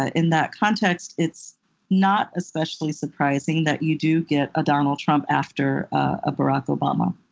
ah in that context, it's not especially surprising that you do get a donald trump after a barack obama.